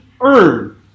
earn